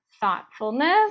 thoughtfulness